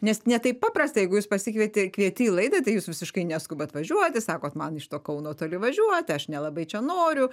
nes ne taip paprasta jeigu jūs pasikvieti kvieti į laidą tai jūs visiškai neskubat važiuoti sakot man iš to kauno toli važiuoti aš nelabai čia noriu